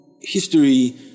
history